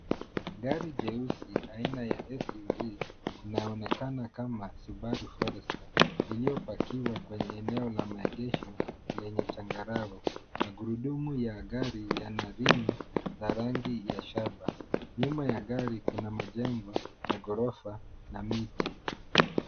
Gari jeusi aina ya SUV, linaonekana kama Subaru Forester, lililopakiwa kwenye eneo la maegesho lenye changarawe. Magurudumu ya gari yana rimu za rangi ya shaba. Nyuma ya gari kuna majengo ya ghorofa na miti.